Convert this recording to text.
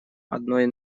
одной